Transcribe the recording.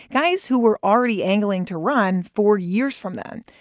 guys who were already angling to run four years from then.